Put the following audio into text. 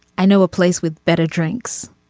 i know a place with better drinks.